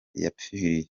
yapfiriye